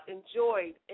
Enjoyed